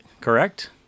correct